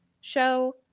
show